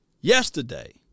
yesterday